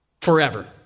Forever